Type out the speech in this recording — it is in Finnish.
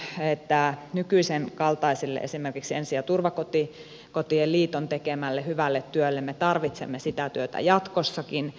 itse uskon että nykyisen kaltaista esimerkiksi ensi ja turvakotien liiton tekemää hyvää työtä me tarvitsemme jatkossakin